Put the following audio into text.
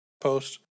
post